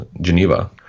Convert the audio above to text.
Geneva